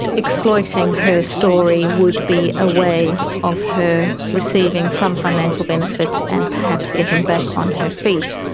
exploiting her story would be a way of her receiving some financial benefit and perhaps getting back on her feet,